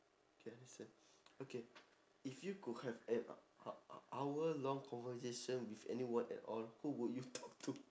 K next one okay if you could have an h~ h~ h~ hour long conversation with anyone at all who would you talk to